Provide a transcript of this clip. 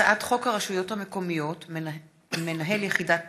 הצעת חוק הרשויות המקומיות (מינהל יחידת